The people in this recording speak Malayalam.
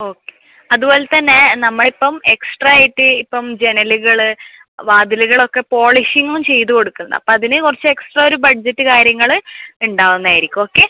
ഓ അതുപോലത്തന്നെ നമ്മളിപ്പം എക്സ്ട്രാ ആയിട്ട് ഇപ്പം ജനലുകൾ വാതിലുകളൊക്കെ പോളീഷിംഗും ചെയ്ത് കൊടുക്കുന്ന് അപ്പോൾ അതിന് കുറച്ച് എക്സ്ട്രാ ഒരു ബഡ്ജറ്റ് കാര്യങ്ങൾ ഉണ്ടാവുന്നതായിരിക്കും ഓക്കെ